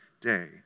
day